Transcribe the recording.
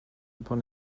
upon